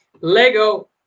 Lego